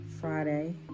friday